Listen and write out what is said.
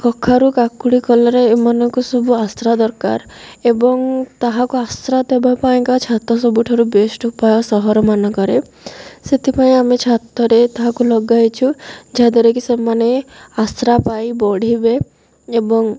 କଖାରୁ କାକୁଡ଼ି କଲରା ଏମାନଙ୍କୁ ସବୁ ଆଶ୍ରା ଦରକାର ଏବଂ ତାହାକୁ ଆଶ୍ରା ଦେବା ପାଇଁକା ଛାତ ସବୁଠାରୁ ବେଷ୍ଟ୍ ଉପାୟ ସହରମାନଙ୍କରେ ସେଥିପାଇଁ ଆମେ ଛାତରେ ତାହାକୁ ଲଗାଇଛୁ ଯାହାଦ୍ୱାରାକି ସେମାନେ ଆଶ୍ରା ପାଇ ବଢ଼ିବେ ଏବଂ